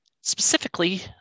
Specifically